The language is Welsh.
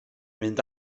mynd